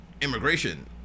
immigration